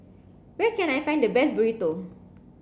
where can I find the best Burrito